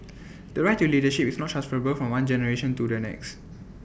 the right to leadership is not transferable from one generation to the next